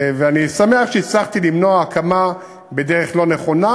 ואני שמח שהצלחתי למנוע הקמה בדרך לא נכונה,